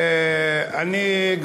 חברי,